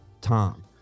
Tom